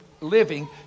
Living